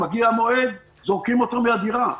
מגיע מועד שזורקים אותו מן הדירה.